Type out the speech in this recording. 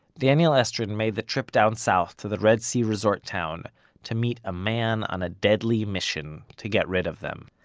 daniel estrin made the trip down south to the red sea resort town to meet a man on a deadly mission to get rid of them.